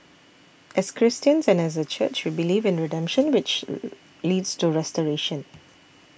as Christians and as a church we believe in redemption which leads to restoration